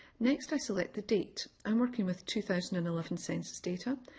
next i select the date, i'm working with two thousand and eleven census data,